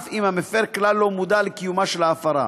אף אם המפר כלל לא מודע לקיומה של ההפרה.